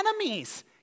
enemies